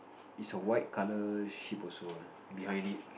is a white colour sheep also ah behind it